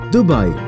Dubai